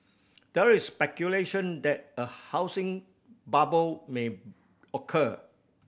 there is speculation that a housing bubble may occur